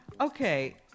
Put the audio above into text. okay